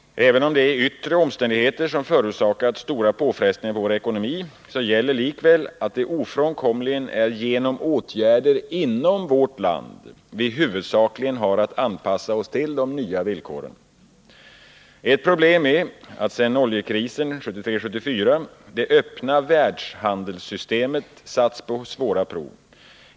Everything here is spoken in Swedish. Även om det är yttre omständigheter som förorsakat stora påfrestningar på vår ekonomi, gäller likväl att det ofrånkomligen är genom åtgärder inom vårt land vi huvudsakligen har att anpassa oss till de nya villkoren. Ett problem är att sedan oljekrisen 1973-1974 det öppna världshandelssystemet satts på svåra prov.